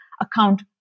account